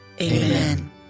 Amen